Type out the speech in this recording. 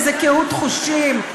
איזו קהות חושים,